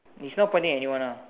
it's not pointing at anyone ah